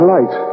Light